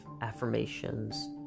affirmations